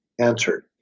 answered